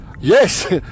yes